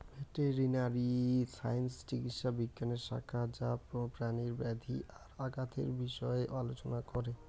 veterinary science চিকিৎসা বিজ্ঞানের শাখা যা প্রাণীর ব্যাধি আর আঘাতের বিষয় আলোচনা করে